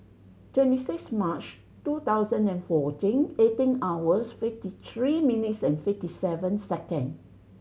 twenty six March two thousand and fourteen eighteen hours fifty three minutes and fifty seven second